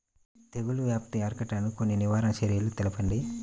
తెగుళ్ల వ్యాప్తి అరికట్టడానికి కొన్ని నివారణ చర్యలు తెలుపండి?